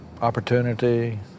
opportunity